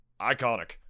Iconic